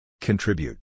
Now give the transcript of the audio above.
Contribute